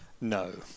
No